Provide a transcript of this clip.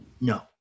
No